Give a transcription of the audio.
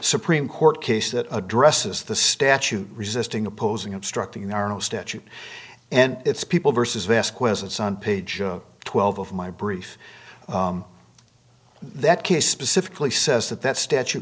supreme court case that addresses the statute resisting opposing obstructing are no statute and it's people vs they ask questions on page twelve of my brief that case specifically says that that statu